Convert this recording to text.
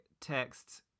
texts